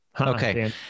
Okay